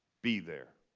be there.